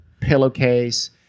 pillowcase